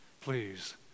please